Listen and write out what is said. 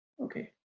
okay